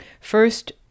First